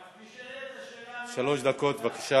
רק נשאלת השאלה, שלוש דקות, בבקשה.